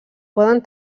poden